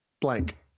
blank